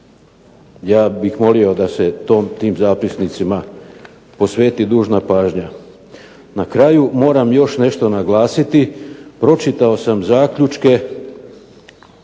Ja bih volio da se tim zapisnicima posveti dužna pažnja. Na kraju moram još nešto naglasiti. Pročitao sam zaključke